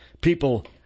People